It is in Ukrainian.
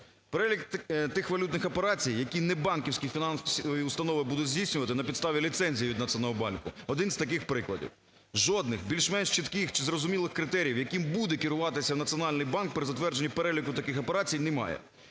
Перелік тих валютних операцій, які небанківські фінансові установи будуть здійснювати на підставі ліцензії від Національного банку, один з таких прикладів. Жодних більш-менш чітких чи зрозумілих критеріїв, яким буде керуватися Національний банк при затвердженні переліку таких операцій, немає.